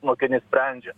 mokinys sprendžia